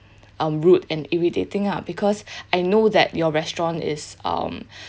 um rude and irritating ah because I know that your restaurant is um